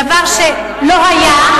דבר שלא היה.